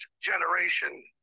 generation